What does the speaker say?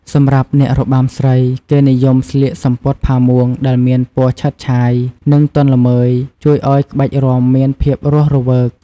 សម្រាប់អ្នករបាំស្រី គេនិយមស្លៀកសំពត់ផាមួងដែលមានពណ៌ឆើតឆាយ និងទន់ល្មើយ ជួយឱ្យក្បាច់រាំមានភាពរស់រវើក។